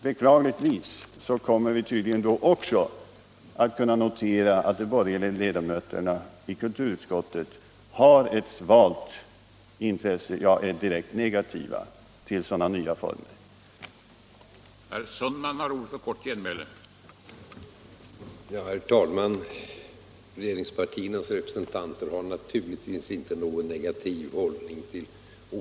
Beklagligtvis kommer vi tydligen då också att kunna notera att de borgerliga ledamöterna av kulturutskottet har ett svalt intresse för, ja, är direkt negativa till nya vägar att nå ut med kulturen till nya grupper.